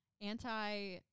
anti